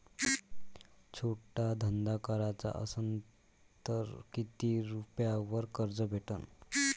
छोटा धंदा कराचा असन तर किती रुप्यावर कर्ज भेटन?